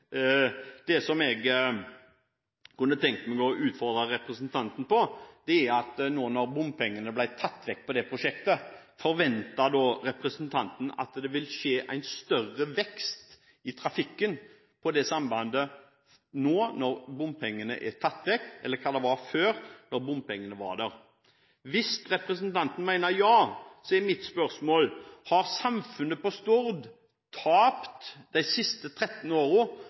Det som jeg kunne tenke meg å utfordre representanten på, er: Når nå bompengene er tatt bort på dette prosjektet, forventer da representanten at det vil skje en større vekst i trafikken på sambandet enn det var før, da bompengene var der? Hvis representanten mener ja, er mitt spørsmål: Har samfunnet på Stord de siste 13